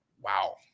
wow